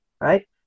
Right